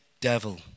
devil